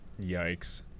Yikes